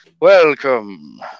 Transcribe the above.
welcome